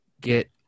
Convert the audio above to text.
get